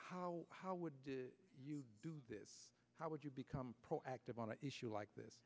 how how would you do this how would you become proactive on an issue like this